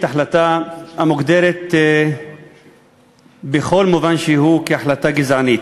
החלטה המוגדרת בכל מובן שהוא כהחלטה גזענית?